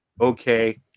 okay